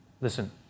Listen